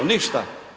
Ništa.